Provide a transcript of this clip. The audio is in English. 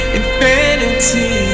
infinity